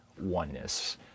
oneness